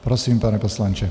Prosím, pane poslanče.